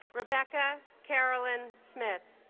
rebecca carolyn smith